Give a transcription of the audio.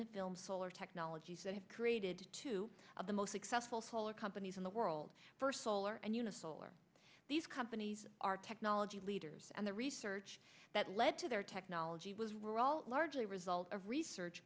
the film solar technologies that have created two of the most successful solar companies in the world first solar and you know solar these companies are technology leaders and the research that led to their technology was were all largely a result of research